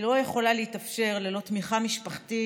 והיא לא יכולה להתאפשר ללא תמיכה משפחתית,